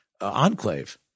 enclave